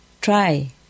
try